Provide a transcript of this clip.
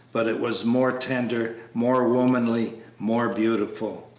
but it was more tender, more womanly, more beautiful.